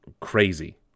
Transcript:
crazy